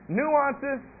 nuances